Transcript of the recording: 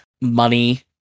money